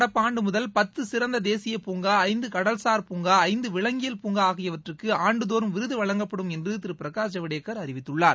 நடப்பாண்டு முதல் பத்து சிறந்த தேசிய பூங்கா ஐந்து கடல்சார் பூங்கா ஐந்து விலங்கியல் பூங்கா ஆகியவற்றுக்கு ஆண்டுதோறும் விருது வழங்கப்படும் என்று திரு பிரகாஷ் ஜவடேகர் அறிவித்துள்ளார்